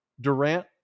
Durant